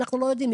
אנחנו לא יודעים.